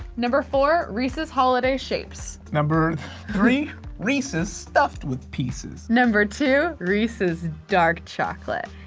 number four reese's holiday shapes. number three reese's stuffed with pieces. number two reese's dark chocolate.